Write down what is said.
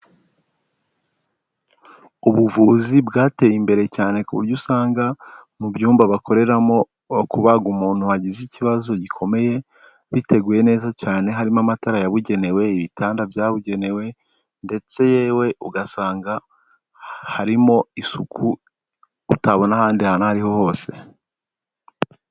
Ubuvuzi bwateye imbere cyane, ku buryo usanga mu byumba bakoreramo kubaga umuntu wagize ikibazo gikomeye, biteguye neza cyane, harimo amatara yabugenewe, ibitanda byabugenewe ndetse yewe ugasanga harimo isuku utabona ahandi hantu aho ariho hose.